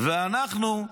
ואנחנו,